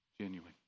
genuine